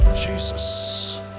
Jesus